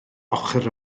ochr